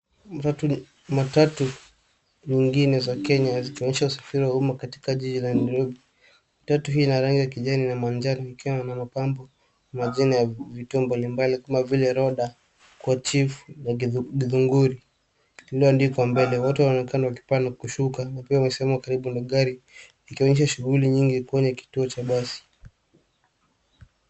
Matatu zingine za Kenya zikionyesha usafiri wa umma katika jiji la Nairobi. Matatu hii ina rangi ya kijani na manjano ikiwa na mapambo na jina ya vituo mbalimbali kama vile Roda, Kochiv, Githunguri lililoandikwa mbele. Watu wanaonekana wakipaa na kushuka wakiwa wamesimama karibu na gari ikionyesha shughuli nyingi kwenye kituo cha basi.